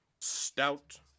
Stout